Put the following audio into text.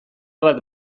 bat